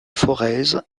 forez